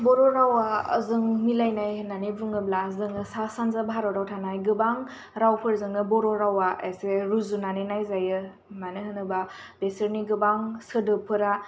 बर' रावा जों मिलायनाय होननानै बुङोब्ला जोङो सा सानजा भारताव थानाय गोबां रावफोरजोंनो बर' रावा एसे रुजुनानै नायजायो मानो होनोबा बेसोरनि गोबां सोदोबफोरा